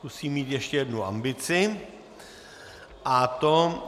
Zkusím mít ještě jednu ambici, a to...